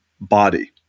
body